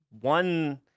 one